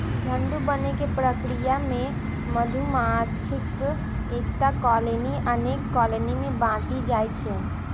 झुंड बनै के प्रक्रिया मे मधुमाछीक एकटा कॉलनी अनेक कॉलनी मे बंटि जाइ छै